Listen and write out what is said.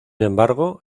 embargo